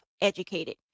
educated